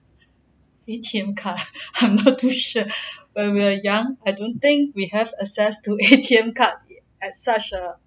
A_T_M card I'm not too sure when we're young I don't think we have access to A_T_M card at such a